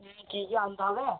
কি কি আনতে হবে